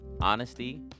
honesty